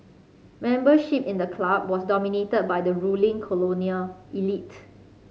membership in the club was dominated by the ruling colonial elite